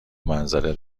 منظره